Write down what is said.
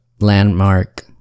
landmark